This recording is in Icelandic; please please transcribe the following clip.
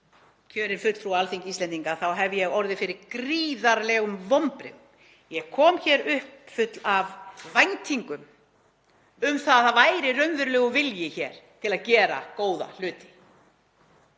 kjörinn fulltrúi á Alþingi Íslendinga hef ég orðið fyrir gríðarlegum vonbrigðum. Ég kom hingað uppfull af væntingum um að það væri raunverulegur vilji hér til að gera góða hluti.